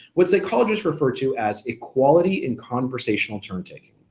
what psychologists refer to as equality in conversational turn-taking.